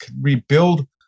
rebuild